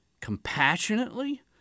compassionately